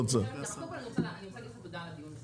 קודם כל אני רוצה להגיד תודה על הדיון,